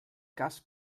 cas